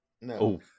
No